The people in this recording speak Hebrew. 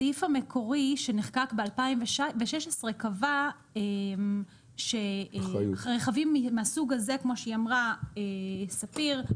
הסעיף המקורי שנחקק ב-2016 קבע שרכבים מהסוג הזה כמו שאמרה ספיר,